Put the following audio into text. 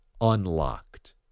unlocked